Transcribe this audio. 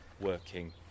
working